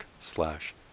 slash